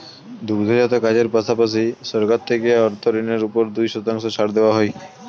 দুগ্ধজাত কাজের পাশাপাশি, সরকার থেকে অর্থ ঋণের উপর দুই শতাংশ ছাড় দেওয়া হয়